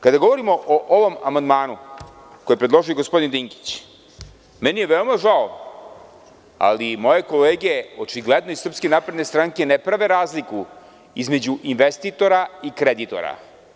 Kada govorimo o ovom amandmanu koji je predložio gospodin Dinkić, meni je veoma žao ali moje kolege očigledno iz SNS ne prave razliku između investitora i kreditora.